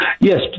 Yes